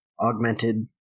augmented